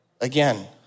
Again